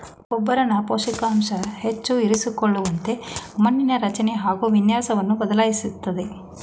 ಗೊಬ್ಬರನ ಪೋಷಕಾಂಶ ಹೆಚ್ಚು ಇರಿಸಿಕೊಳ್ಳುವಂತೆ ಮಣ್ಣಿನ ರಚನೆ ಹಾಗು ವಿನ್ಯಾಸವನ್ನು ಬದಲಾಯಿಸ್ತದೆ